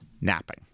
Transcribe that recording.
napping